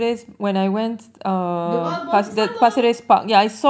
the wild boar pun sama